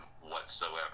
whatsoever